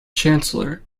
chancellor